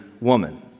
woman